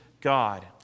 God